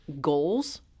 goals